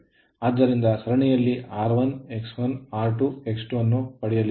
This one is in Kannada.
ಆದ್ದರಿಂದ ಸರಣಿಯಲ್ಲಿ R1X1 R2 X2ಅನ್ನು ಪಡೆಯಲಿದೆ